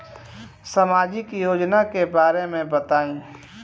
सामाजिक योजना के बारे में बताईं?